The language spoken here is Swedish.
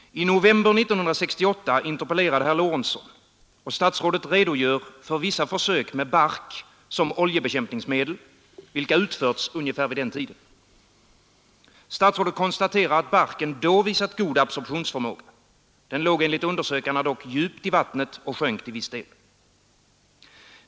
I november 1968 interpellerade herr Lorentzon, och statsrådet redogör för vissa försök med bark som oljebekämpningsmedel vilka utförts ungefär vid den tiden. Statsrådet konstaterar att barken då visat god absorptionsförmåga. Barken låg dock enligt undersökarna djupt i vattnet och sjönk till viss del.